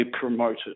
promoted